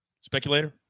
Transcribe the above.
speculator